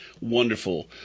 wonderful